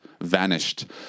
vanished